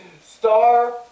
star